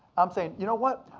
i'm saying, you know what?